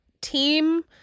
team